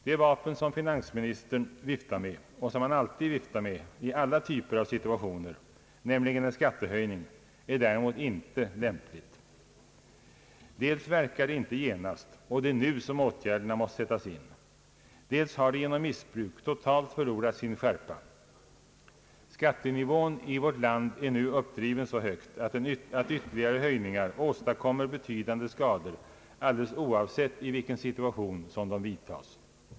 Det vapen som finansministern vif tar med och som han alltid viftar med i alla typer av situationer, nämligen en skattehöjning, är däremot inte lämpligt. Dels verkar en skattehöjning inte genast, och det är nu som åtgärderna måste sättas in. Dels har den genom missbruk totalt förlorat sin skärpa. Skattenivån i vårt land är nu uppdriven så högt att ytterligare höjningar åstadkommer betydande skador alldeles oavsett i vilken situation som de vidtas.